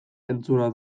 entzuna